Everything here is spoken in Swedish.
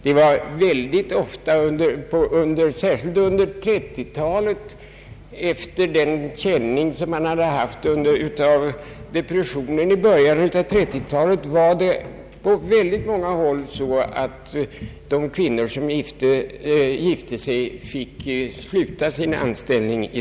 Särskilt under 1930-talet, efter den känning man hade haft av depressionen, var det på många håll så att de kvinnor som gifte sig fick sluta sin anställning.